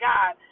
God